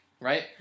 right